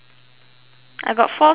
I got four story